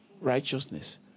Righteousness